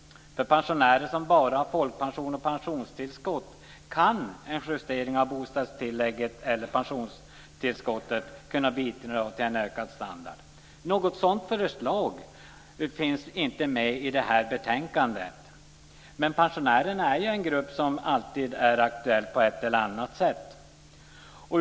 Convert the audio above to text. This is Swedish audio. För pensionärer som bara har folkpension och pensionstillskott kan en justering av bostadstillägget eller pensionstillskottet bidra till en ökad standard. Något sådant förslag finns inte med i betänkandet men pensionärerna är ju en grupp som alltid på ett eller annat sätt är aktuell.